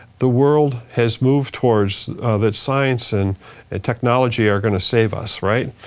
the world has moved towards that science and technology are going to save us, right?